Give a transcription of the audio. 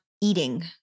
eating